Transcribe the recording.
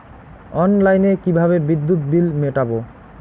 অনলাইনে কিভাবে বিদ্যুৎ বিল মেটাবো?